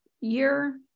year